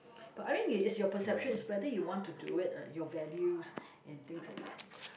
but I mean it it's your perception it's whether you want to do it uh your values and things like that